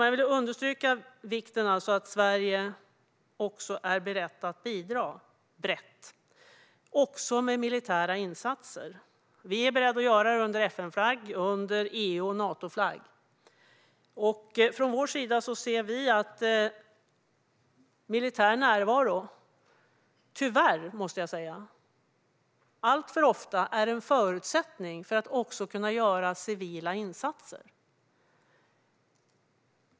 Jag vill understryka vikten av att Sverige också är berett att bidra brett, också med militära insatser. Vi är beredda att göra det under FN-flagg och under EU och Natoflagg. Från Centerpartiets sida ser vi att militär närvaro tyvärr, måste jag säga, alltför ofta är en förutsättning för att kunna göra civila insatser.